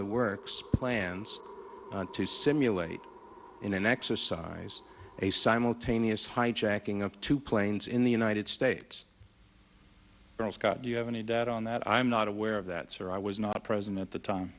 the works plans to simulate in an exercise a simultaneous hijacking of two planes in the united states first got you have any doubt on that i'm not aware of that sphere i was not present at the time